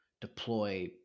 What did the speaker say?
deploy